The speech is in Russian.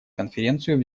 конференцию